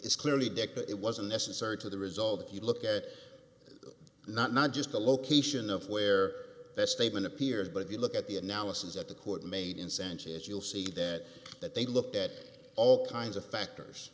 is clearly dick but it wasn't necessary to the result if you look at not not just the location of where the statement appears but you look at the analysis that the court made in sanchez you'll see that that they looked at all kinds of factors